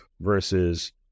versus